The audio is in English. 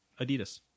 Adidas